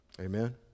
Amen